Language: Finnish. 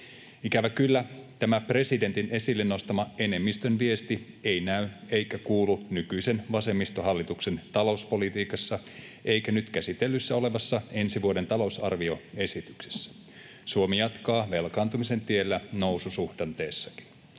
Ikävä kyllä tämä presidentin esille nostama enemmistön viesti ei näy eikä kuulu nykyisen vasemmistohallituksen talouspolitiikassa eikä nyt käsittelyssä olevassa ensi vuoden talousarvioesityksessä. Suomi jatkaa velkaantumisen tiellä noususuhdanteessakin.